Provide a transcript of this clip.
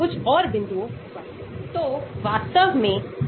तो इसे अनुकूलतम मूल्य anesthetic गतिविधि कहा जाता है